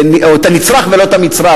ולא את המצרך.